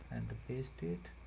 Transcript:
and paste it,